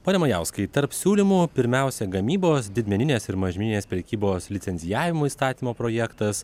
pone majauskai tarp siūlymų pirmiausia gamybos didmeninės ir mažmeninės prekybos licencijavimo įstatymo projektas